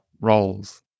roles